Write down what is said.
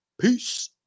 Peace